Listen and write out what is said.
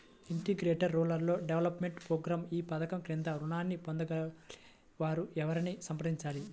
Integrated rural development programme ఈ పధకం క్రింద ఋణాన్ని పొందగోరే వారు ఎవరిని సంప్రదించాలి?